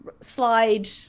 slide